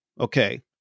Okay